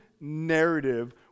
narrative